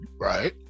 Right